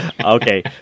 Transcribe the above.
Okay